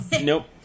Nope